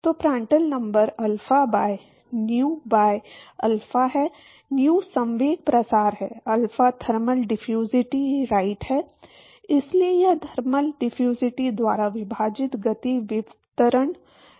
तो Prandtl number alpha by nu by alpha है nu संवेग प्रसार है अल्फा थर्मल डिफ्यूसिटी राइट है इसलिए यह थर्मल डिफ्यूजिटी द्वारा विभाजित गति विवर्तन है